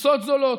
טיסות זולות,